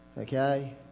okay